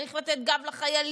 צריך לתת גב לחיילים,